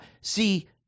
see